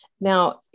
now